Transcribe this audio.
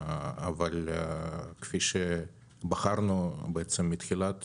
אבל כפי שבחרנו בעצם מתחילת